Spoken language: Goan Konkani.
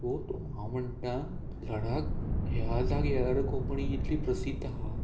हो तो हांव म्हणटा लडाक ह्या जाग्यार कोंकणी इतली प्रसिद्ध आहा